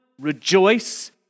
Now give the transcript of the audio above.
rejoice